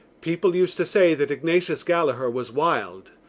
people used to say that ignatius gallaher was wild.